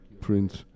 Prince